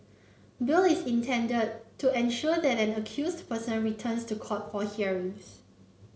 bail is intended to ensure that an accused person returns to court for hearings